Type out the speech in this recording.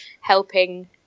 helping